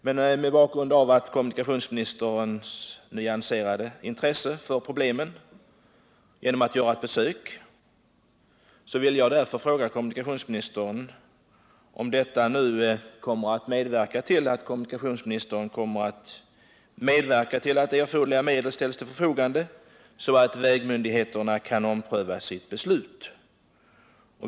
Mot bakgrund av kommunikationsministerns nyväckta intresse för problemen —- genom att göra ett besök — vill jag fråga kommunikationsministern om ministern nu kommer att medverka till och arbeta för att erforderliga medel ställs till förfogande, så att vägmyndigheterna kan ompröva sitt beslut.